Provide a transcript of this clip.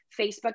Facebook